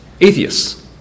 Atheists